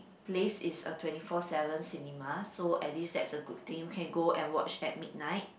place is a twenty four seven cinema so at least that's a good thing you can go and watch at midnight